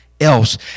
Else